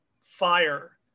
fire